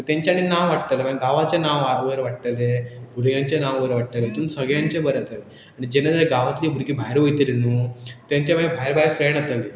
तेंच्यांनी नांव वाडटलें मागीर गांवाचें नांव वयर वाडटलें भुरग्यांं नांव वयर वाडटले तितून सगळ्यांचें बरें यातलें आनी जेना जे गांवांतली भुरीं भायर वतली न्हू तेंचे मागीर भायर भायर फ्रेंड येतली